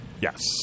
Yes